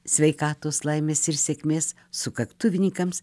sveikatos laimės ir sėkmės sukaktuvinykams